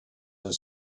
and